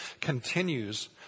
continues